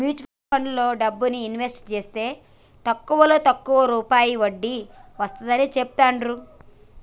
mutual ఫండ్లలో డబ్బుని invest జేస్తే తక్కువలో తక్కువ రూపాయి వడ్డీ వస్తాడని చెబుతాండ్రు